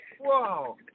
Wow